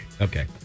Okay